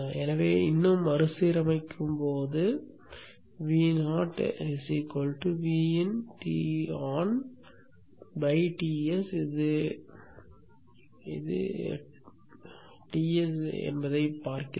எனவே இன்னும் மறுசீரமைக்கும்போது Vo Vin Ton Ts இது Ts என்பதைக் காண்கிறோம்